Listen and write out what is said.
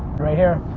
right here.